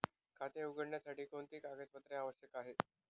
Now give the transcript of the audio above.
खाते उघडण्यासाठी कोणती कागदपत्रे आवश्यक आहे?